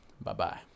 bye-bye